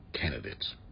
candidates